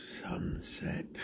sunset